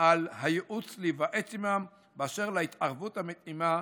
על הייעוץ להתייעץ עימם באשר להתערבות המתאימה